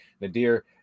Nadir